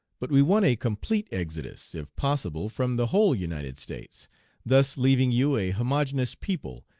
but we want a complete exodus, if possible, from the whole united states thus leaving you a homogeneous people,